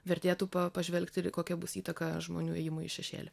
vertėtų pa pažvelgti ir kokia bus įtaka žmonių ėjimui į šešėlį